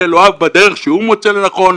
אל אלוהיו בדרך שהוא מוצא לנכון,